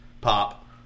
Pop